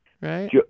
Right